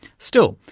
still,